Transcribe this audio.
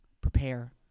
Prepare